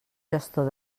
gestor